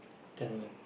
ten million